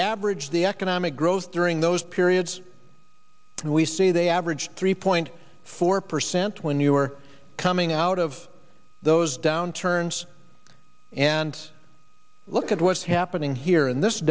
averaged the economic growth during those periods and we see the average three point four percent when you are coming out of those downturns and look at what's happening here in this